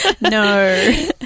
No